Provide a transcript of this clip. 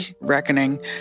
reckoning